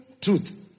truth